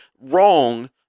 wrong